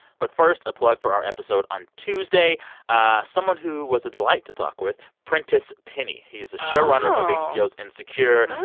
but first, a plug for our episode on tuesday ah someone who was a delight to talk with, prentice penny oh he is a show runner of hbo's insecure,